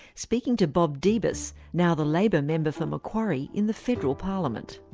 speaking to bob debus, now the labor member for macquarie in the federal parliament.